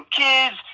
kids